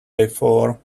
before